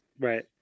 Right